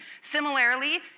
Similarly